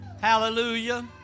Hallelujah